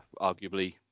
arguably